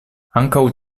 ankaŭ